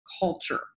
culture